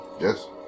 Yes